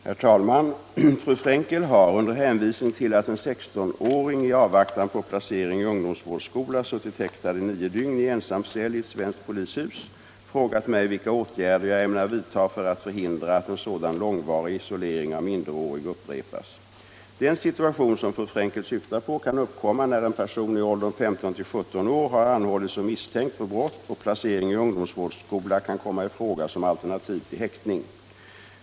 Herr talman! Fru Frenkel har — under hänvisning till att en 16-åring i avvaktan på placering i ungdomsvårdsskola suttit häktad i nio dygn i ensamcell i ett svenskt polishus — frågat mig vilka åtgärder jag ämnar vidta för att förhindra att en sådan långvarig isolering av minderårig upprepas. Den situation som fru Frenkel syftar på kan uppkomma när en person i åldern 15-17 år har anhållits som misstänkt för brott och placering i ungdomsvårdsskola kan komma i fråga som alternativ till häktning.